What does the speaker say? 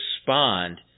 respond